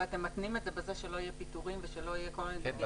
ואתם מתנים את זה בכך שלא יהיו פיטורים ולא יהיו כל מיני דיבידנדים?